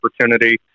opportunity